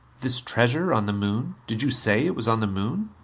this treasure on the moon did you say it was on the moon?